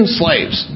slaves